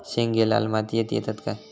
शेंगे लाल मातीयेत येतत काय?